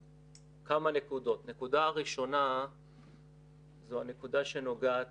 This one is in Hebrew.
הנקודה הראשונה היא הנקודה שנוגעת